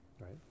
right